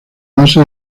base